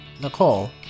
Nicole